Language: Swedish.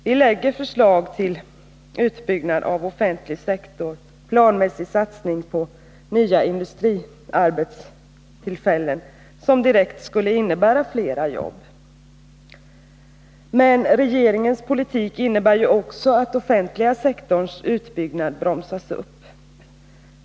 Vi lägger ju fram förslag till en utbyggnad av den offentliga sektorn och en planmässig satsning på nya industriarbetstillfällen. De förslagen skulle direkt innebära fler jobb. Men regeringens politik innebär ju också att den offentliga sektorns utbyggnad bromsas upp.